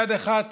ביד אחת